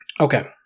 Okay